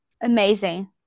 amazing